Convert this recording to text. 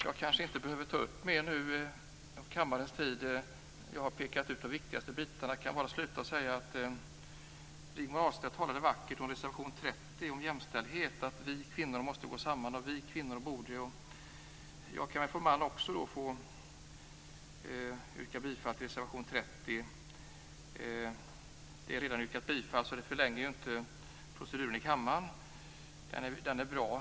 Jag kanske inte behöver ta upp mer av kammarens tid. Jag har pekat ut de viktigaste delarna. Jag vill slutligen säga att Rigmor Ahlstedt talade vackert om reservation 30 och jämställdhet. Hon sade: Vi kvinnor måste gå samman, och vi kvinnor borde osv. Jag kan väl som man också få yrka bifall till reservation 30. Det har redan yrkats bifall till den, så det förlänger inte proceduren i kammaren.